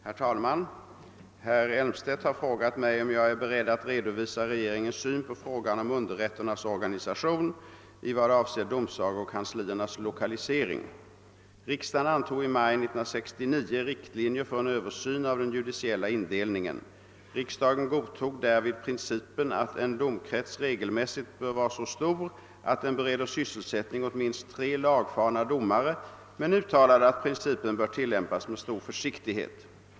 Herr talman! Herr Elmstedt har frågat mig om jag är beredd att redovisa regeringens syn på frågan om underrätternas organisation i vad avser domsagokansliernas lokalisering. Riksdagen antog i maj 1969 riktlinjer för en översyn av den judiciella indelningen. Riksdagen godtog därvid principen, att en domkrets regelmässigt bör vara så stor att den bereder sysselsättning åt minst tre lagfarna domare, men uttalade att principen bör tillämpas med stor försiktighet.